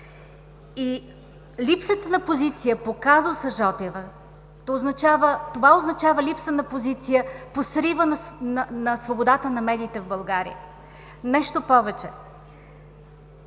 Липсата на позиция по казуса Жотева означава липса на позиция по срива на свободата на медиите в България. Нещо повече